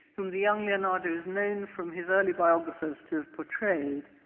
whom the young leonardo is known from his early biographers to have portrayed,